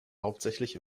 hauptsächlich